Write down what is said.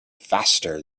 faster